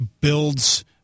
builds